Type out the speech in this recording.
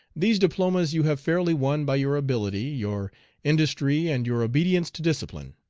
these diplomas you have fairly won by your ability, your industry, and your obedience to discipline.